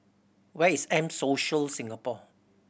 where is M Social Singapore